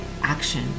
action